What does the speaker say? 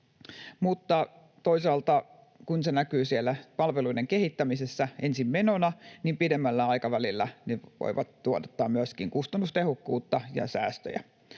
toisaalta kun se näkyy siellä palveluiden kehittämisessä ensin menona, niin pidemmällä aikavälillä ne voivat tuottaa myöskin kustannustehokkuutta ja säästöjä.